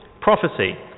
Prophecy